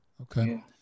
Okay